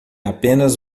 apenas